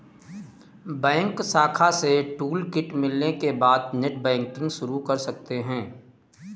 bank शाखा से toolkit मिलने के बाद नेटबैंकिंग शुरू कर सकते है